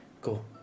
Cool